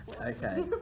Okay